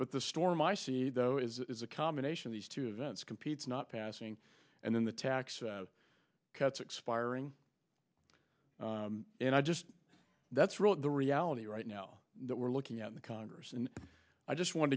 but the storm i see though is a combination of these two events competes not passing and then the tax cuts expiring and i just that's real the reality right now that we're looking at the congress and i just want